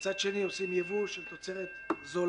ומצד שני, עושים ייבוא של תוצרת זולה